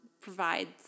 provides